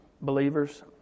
believers